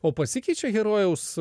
o pasikeičia herojaus